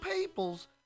peoples